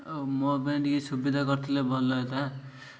ଆଉ ମୋ ପାଇଁ ଟିକେ ସୁବିଧା କରିଥିଲେ ଭଲ ହୁଅନ୍ତା